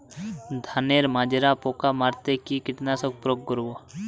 ধানের মাজরা পোকা মারতে কি কীটনাশক প্রয়োগ করব?